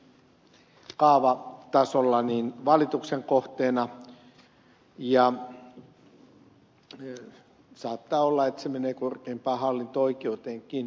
todellakin se on nyt kaavatasolla valituksen kohteena ja saattaa olla että se menee korkeimpaan hallinto oikeuteenkin